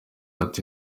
ati